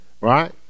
right